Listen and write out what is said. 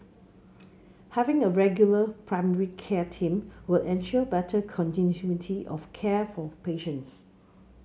having a regular primary care team will ensure better continuity of care for patients